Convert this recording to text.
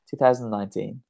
2019